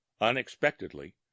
Unexpectedly